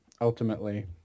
ultimately